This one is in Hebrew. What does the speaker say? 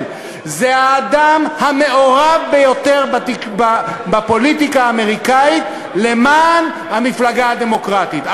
הוא האדם המעורב ביותר בפוליטיקה האמריקנית למען המפלגה הדמוקרטית.